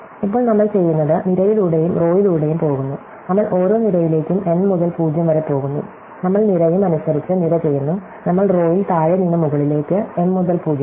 ഇപ്പോൾ നമ്മൾ ചെയ്യുന്നത് നിരയിലൂടെയും റോയിലൂടെയും പോകുന്നു നമ്മൾ ഓരോ നിരയിലേക്കും n മുതൽ 0 വരെ പോകുന്നു നമ്മൾ നിരയും അനുസരിച്ച് നിര ചെയ്യുന്നു നമ്മൾ റോയിൽ താഴേ നിന്ന് മുകളിലേക്ക് m മുതൽ 0 വരെ